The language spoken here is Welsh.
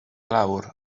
lawr